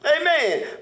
Amen